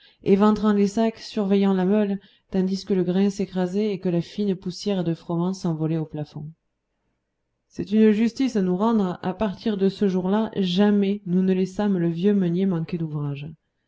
gauche éventrant les sacs surveillant la meule tandis que le grain s'écrasait et que la fine poussière de froment s'envolait au plafond c'est une justice à nous rendre à partir de ce jour-là jamais nous ne laissâmes le vieux meunier manquer d'ouvrage